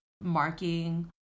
marking